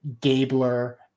gabler